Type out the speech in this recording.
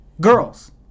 Girls